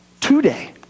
today